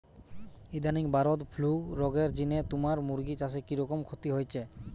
ইদানিং bird flu রগের জিনে তুমার মুরগি চাষে কিরকম ক্ষতি হইচে?